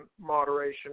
moderation